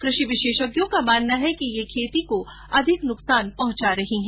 कृषि विशेषज्ञों का मानना है कि ये खेती में अधिक नुकसान पहुंचा रही है